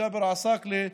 ג'אבר עסאקלה,